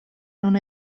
non